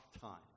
time